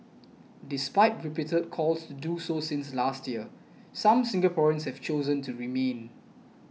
despite repeated calls to do so since last year some Singaporeans have chosen to remain